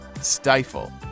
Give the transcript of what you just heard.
stifle